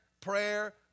prayer